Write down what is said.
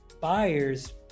buyers